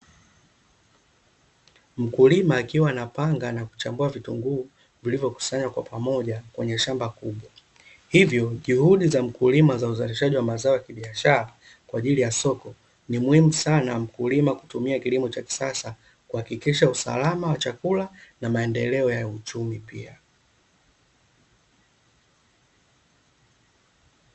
Mkulima akiwa anapanga na kuchambua vitunguu vilivyo kusanywa kwa pamoja kwenye shamba kubwa. Hivyo juhudi za mkulima za uzalishaji wa mazao ya kibiashara kwa ajili ya soko, ni muhimu sana mkulima kutumia kilimo cha kisasa kuhakikisha usalama wa chakula na maendeleo ya uchumi pia.